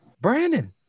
Brandon